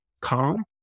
Calm